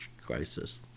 crisis